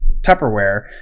tupperware